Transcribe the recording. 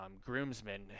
groomsmen